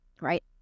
right